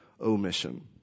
omission